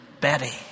Betty